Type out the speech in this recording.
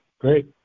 Great